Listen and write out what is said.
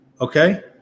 Okay